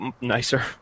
nicer